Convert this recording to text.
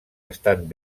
estan